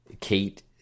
Kate